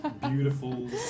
beautiful